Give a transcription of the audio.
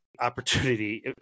opportunity